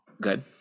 good